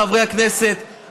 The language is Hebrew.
חברי הכנסת,